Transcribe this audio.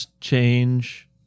change